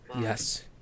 Yes